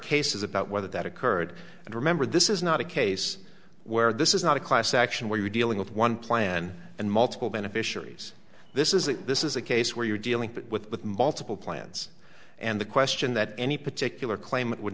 cases about whether that occurred and remember this is not a case where this is not a class action where you're dealing with one plan and multiple beneficiaries this is that this is a case where you're dealing with multiple plans and the question that any particular claimant would